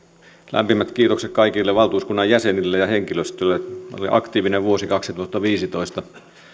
lämpimät kiitokset kaikille valtuuskunnan jäsenille ja henkilöstölle oli aktiivinen vuosi kaksituhattaviisitoista